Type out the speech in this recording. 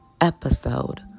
episode